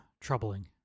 troubling